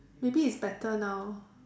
maybe is better now